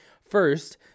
First